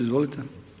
Izvolite.